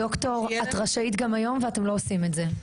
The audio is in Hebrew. שיהיה לנו --- ד"ר את רשאית גם היום ואתם לא עושים את זה.